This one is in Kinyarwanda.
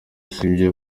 sibyo